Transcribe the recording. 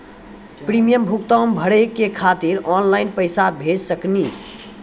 Premium भुगतान भरे के खातिर ऑनलाइन पैसा भेज सकनी?